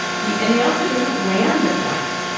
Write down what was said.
he and he also doesn't land a point.